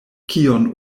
kion